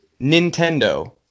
Nintendo